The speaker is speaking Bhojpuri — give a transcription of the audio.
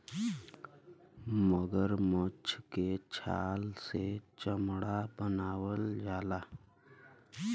मगरमच्छ के छाल से चमड़ा बनावल जाला